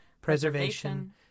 preservation